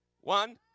One